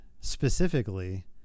specifically